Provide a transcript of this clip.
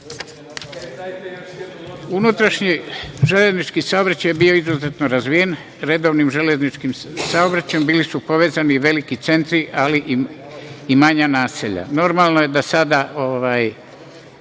vozom. Unutrašnji železnički saobraćaj je bio izuzetno razvijen, redovnim železničkim saobraćajem, bili su povezani veliki centri, ali i manja naselja. Normalno je da se